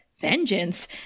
vengeance